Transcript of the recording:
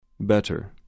Better